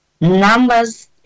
numbers